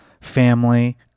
family